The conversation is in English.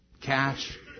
cash